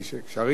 אז יש לזה קשר,